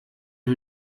who